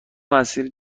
مسیر